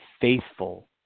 faithful